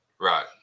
Right